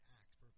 acts